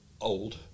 old